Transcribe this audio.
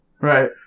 Right